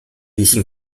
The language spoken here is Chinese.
理性